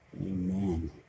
Amen